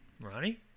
Ronnie